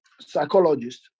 psychologist